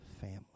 family